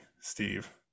steve